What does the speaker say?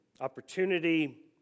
opportunity